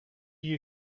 you